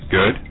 Good